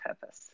Purpose